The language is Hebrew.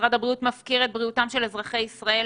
משרד הבריאות מפקיר את בריאותם של אזרחי ישראל.